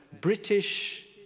British